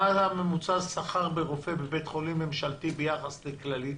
מה ממוצע השכר של רופא בבית חולים ממשלתי ביחס לכללית?